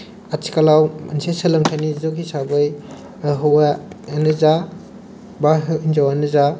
आथिखालाव मोनसे सोलोंथाइनि जुग हिसाबै हौवायानो जा बा हिनजावानो जा